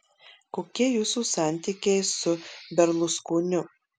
kokie jūsų santykiai su berluskoniu